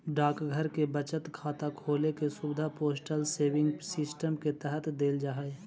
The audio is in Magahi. डाकघर में बचत खाता खोले के सुविधा पोस्टल सेविंग सिस्टम के तहत देल जा हइ